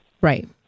Right